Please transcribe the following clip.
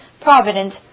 providence